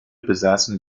besaßen